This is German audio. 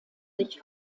sich